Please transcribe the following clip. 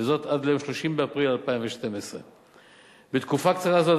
וזאת עד ליום 30 באפריל 2012. בתקופה קצרה זו,